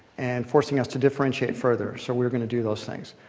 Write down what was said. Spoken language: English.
and forcing us to differentiate further. so we are going to do those things.